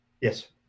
Yes